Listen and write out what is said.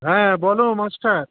হ্যাঁ বলো মাস্টার